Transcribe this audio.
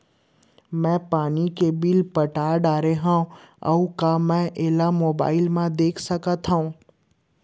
मैं पानी के बिल पटा डारे हव का मैं एला मोबाइल म देख सकथव?